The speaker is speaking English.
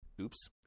Oops